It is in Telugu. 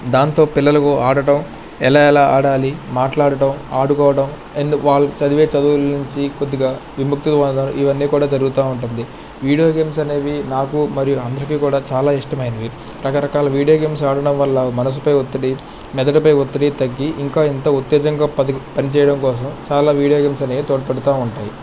దాంతో పిల్లలకు ఆడటం ఎలా ఎలా ఆడాలి మాట్లాడటం ఆడుకోవడం ఎందుకు వాళ్ళు చదివే చదువులనుంచి కొద్దిగా విముక్తి వల్ల ఇవన్నీ కూడా జరుగుతూ ఉంటుంది వీడియో గేమ్స్ అనేవి నాకు మరియు అందరికీ కూడా చాలా ఇష్టమైనవి రకరకాల వీడియో గేమ్స్ ఆడటం వల్ల మనసుపై ఒత్తిడి మెదడుపై ఒత్తిడి తగ్గి ఇంకా ఎంతో ఉత్తేజంగా పది పనిచేయడం కోసం చాలా వీడియో గేమ్స్ అనేవి తోడ్పడుతూ ఉంటాయి